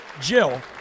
Jill